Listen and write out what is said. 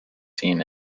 seen